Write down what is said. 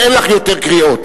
ואין לך יותר קריאות.